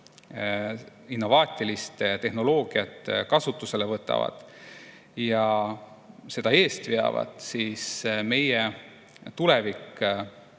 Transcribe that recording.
innovaatilise tehnoloogia kasutusele võtavad ja seda eest veavad, siis on meie tulevik